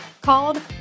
called